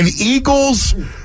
Eagles